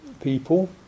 people